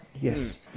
Yes